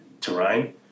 terrain